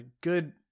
good